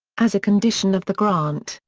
as a condition of the grant,